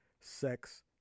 Sex